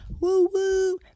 Woo-woo